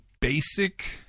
basic